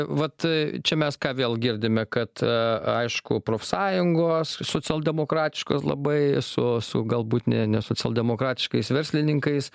vat čia mes ką vėl girdime kad aišku profsąjungos socialdemokratiškos labai su su galbūt ne ne socialdemokratiškais verslininkais